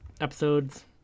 episodes